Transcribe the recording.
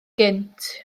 gynt